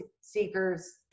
seekers